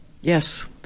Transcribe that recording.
Yes